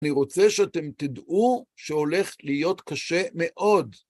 אני רוצה שאתם תדעו שהולך להיות קשה מאוד.